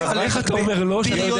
איך אתה אומר "לא" כשאני יודע שכן?